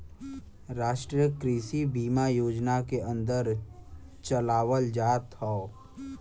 राष्ट्रीय कृषि बीमा योजना के अन्दर चलावल जात हौ